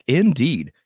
indeed